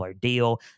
deal